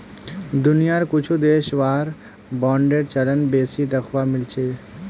दुनियार कुछु देशत वार बांडेर चलन बेसी दखवा मिल छिले